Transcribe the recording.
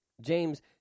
James